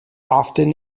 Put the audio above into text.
often